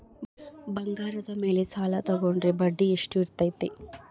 ಬಂಗಾರದ ಮೇಲೆ ಸಾಲ ತೋಗೊಂಡ್ರೆ ಬಡ್ಡಿ ಎಷ್ಟು ಇರ್ತೈತೆ?